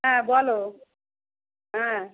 হ্যাঁ বলো হ্যাঁ